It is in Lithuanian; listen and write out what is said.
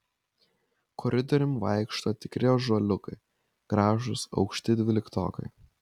koridoriumi vaikšto tikri ąžuoliukai gražūs aukšti dvyliktokai